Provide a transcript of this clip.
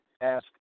ask